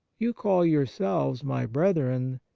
you call your selves my brethren,